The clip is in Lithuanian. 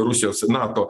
rusijos nato